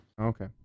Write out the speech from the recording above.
okay